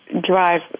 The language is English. drive